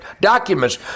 documents